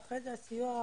ואז הסיוע פוחת.